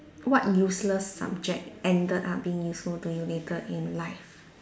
what useless subject ended up being useful to you later in life